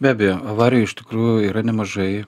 be abejo avarijų iš tikrųjų yra nemažai